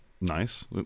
Nice